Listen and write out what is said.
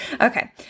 Okay